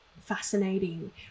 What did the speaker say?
fascinating